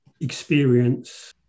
experience